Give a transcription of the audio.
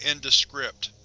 indus script.